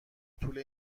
طول